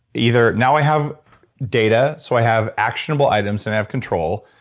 either now i have data so i have actionable items and i have control.